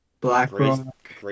blackrock